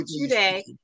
today